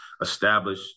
establish